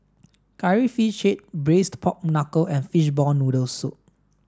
curry fish braised pork knuckle and fish ball noodle soup